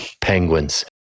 penguins